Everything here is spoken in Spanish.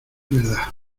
verdad